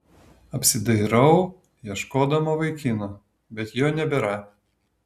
apsidairau ieškodama vaikino bet jo nebėra